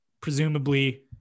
presumably